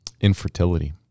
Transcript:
infertility